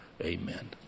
amen